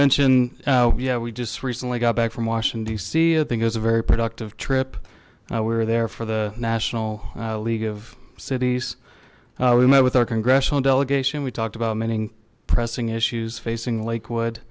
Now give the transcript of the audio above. mention yeah we just recently got back from washington dc i think it was a very productive trip we were there for the national league of cities we met with our congressional delegation we talked about many pressing issues facing lakewood